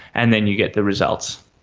and then you get the results.